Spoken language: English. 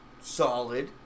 solid